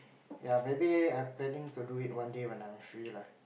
ya maybe I planning to do it one day when I'm free lah